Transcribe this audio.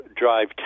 drive